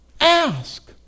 Ask